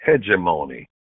hegemony